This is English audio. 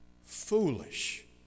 foolish